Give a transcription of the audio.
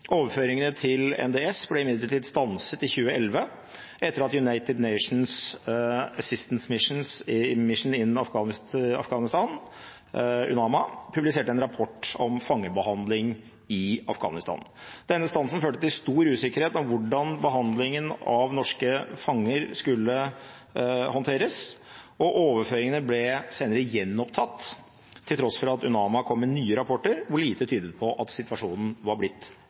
Overføringene til NDS ble imidlertid stanset i 2011 etter at United Nations Assistance Mission in Afghanistan, UNAMA, publiserte en rapport om fangebehandling i Afghanistan. Denne stansen førte til stor usikkerhet om hvordan behandlingen av fangene skulle håndteres, og overføringene ble senere gjenopptatt, til tross for at UNAMA kom med nye rapporter hvor lite tydet på at situasjonen var blitt